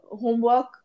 homework